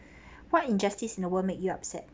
what injustice in the world make you upset